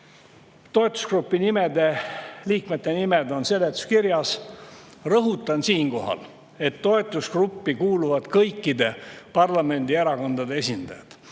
Toetusgrupi liikmete nimed on ära toodud seletuskirjas. Rõhutan siinkohal, et toetusgruppi kuuluvad kõikide parlamendierakondade esindajad.